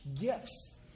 gifts